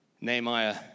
Nehemiah